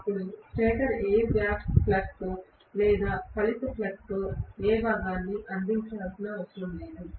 అప్పుడు stator air gap ఫ్లక్స్లో లేదా ఫలిత ఫ్లక్స్లో ఏ భాగాన్ని అందించాల్సిన అవసరం లేదు